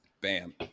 Bam